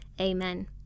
Amen